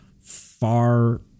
far